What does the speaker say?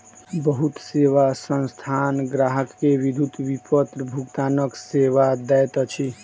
बहुत सेवा संस्थान ग्राहक के विद्युत विपत्र भुगतानक सेवा दैत अछि